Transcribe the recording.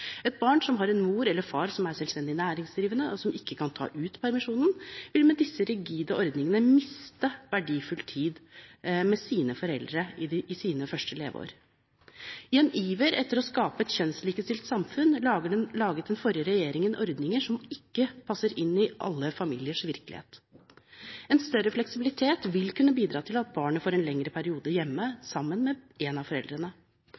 Et barn som har en mor eller far som er selvstendig næringsdrivende, og som ikke kan ta ut permisjonen, vil med disse rigide ordningene miste verdifull tid med sine foreldre i sine første leveår. I en iver etter å skape et kjønnslikestilt samfunn laget den forrige regjeringen ordninger som ikke passer inn i alle familiers virkelighet. En større fleksibilitet vil kunne bidra til at barnet får en lengre periode hjemme sammen med en av foreldrene.